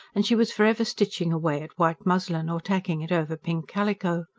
and she was for ever stitching away at white muslin, or tacking it over pink calico.